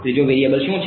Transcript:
ત્રીજો વેરિયેબલ શું છે